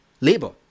labor